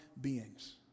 beings